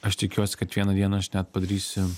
aš tikiuosi kad vieną dieną aš net padarysiu